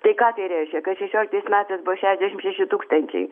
tai ką tai reiškia kad šešioliktais metais buvo šešiasdešim šeši tūkstančiai